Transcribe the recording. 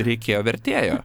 reikėjo vertėjo